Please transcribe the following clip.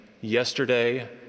yesterday